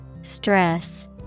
Stress